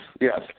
yes